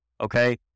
okay